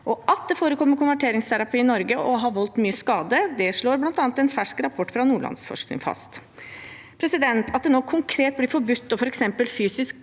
At det forekommer konverteringsterapi i Norge, og at det har voldt mye skade, slår bl.a. en fersk rapport fra Nordlandsforskning fast. At det nå konkret blir forbudt å f.eks. fysisk